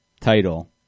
title